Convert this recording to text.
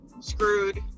screwed